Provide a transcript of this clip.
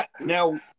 Now